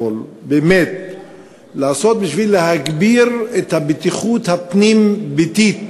באמת לעשות בשביל להגביר את הבטיחות הפנים-ביתית